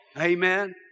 Amen